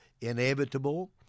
inevitable